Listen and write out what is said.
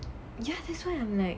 ya that's why I'm like